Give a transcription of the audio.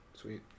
Sweet